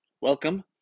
Welcome